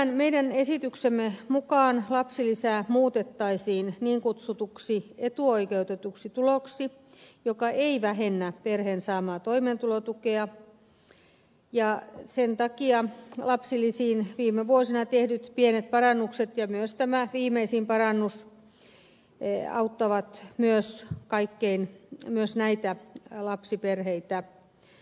tämän meidän esityksemme mukaan lapsilisä muutettaisiin niin kutsutuksi etuoikeutetuksi tuloksi joka ei vähennä perheen saamaa toimeentulotukea ja sen mukaan lapsilisiin viime vuosina tehdyt pienet parannukset ja myös tämä viimeisin parannus auttavat myös näitä lapsiperheitä